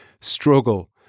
struggle